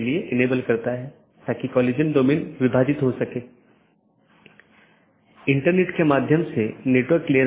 BGP निर्भर करता है IGP पर जो कि एक साथी का पता लगाने के लिए आंतरिक गेटवे प्रोटोकॉल है